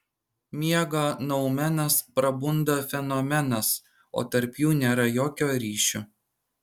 miega noumenas prabunda fenomenas o tarp jų nėra jokio ryšio